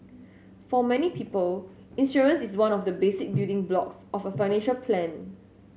for many people insurance is one of the basic building blocks of a financial plan